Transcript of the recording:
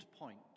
point